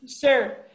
Sure